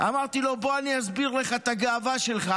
אמרתי לו: בוא אסביר לך את הגאווה שלך.